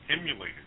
emulated